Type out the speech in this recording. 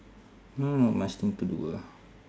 now not much thing to do ah